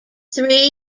three